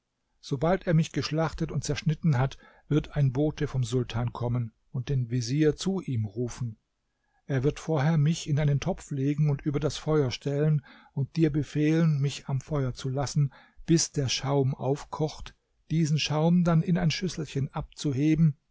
sobald er mich geschlachtet und zerschnitten hat wird ein bote vom sultan kommen und den vezier zu ihm rufen er wird vorher mich in einen topf legen und über das feuer stellen und dir befehlen mich am feuer zu lassen bis der schaum aufkocht diesen schaum dann in ein schüsselchen abzuheben